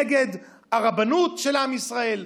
נגד הרבנות של עם ישראל,